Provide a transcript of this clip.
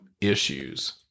issues